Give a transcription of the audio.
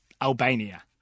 albania